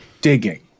digging